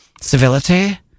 civility